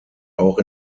auch